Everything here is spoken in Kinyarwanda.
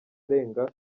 arenga